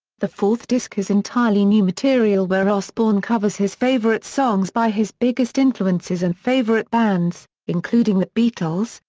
the fourth disc is entirely new material where osbourne covers his favourite songs by his biggest influences and favourite bands, including the beatles,